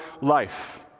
life